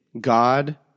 God